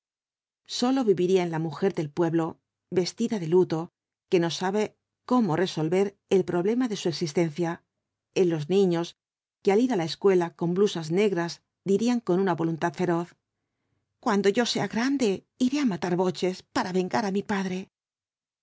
sólo viviría en la mujer del pueblo vestida de luto que no sabe cómo resolver el problema de su existencia en los niños que al ir á la escuela con blusas negras dirían con una voluntad feroz cuando yo sea grande iré á matar boches para vengar á mi padre